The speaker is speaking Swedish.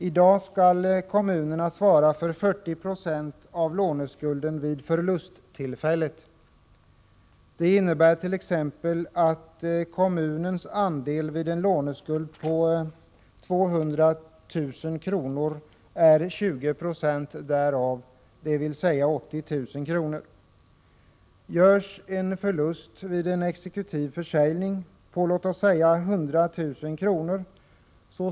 I dag skall kommunerna svara för 40 90 av låneskulden vid förlusttillfället. Det innebär t.ex. att kommunens andel vid en låneskuld på 200 000 kr. är 20 70 därav, dvs. 80 000 kr. Görs en förlust vid en exekutiv försäljning på låt oss säga 100 000 kr.